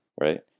right